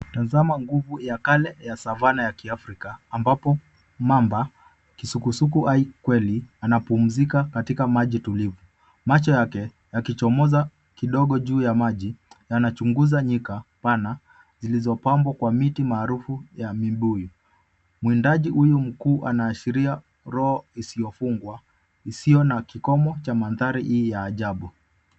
Tazama nguvu ya kale ya savanna ya kiafrika ambapo mamba kisukusuku hai kweli anapumzika katika maji tulivu. Macho yake yakichomoza kidogo juu ya maji yanachunguza nyika pana zilizopambwa kwa miti maarufu ya mibuyu. Mwindaji huyu mkuu anaashiria roho isiyofungwa isiyo na kikomo cha mandhari hii ya ajabu.